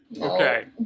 Okay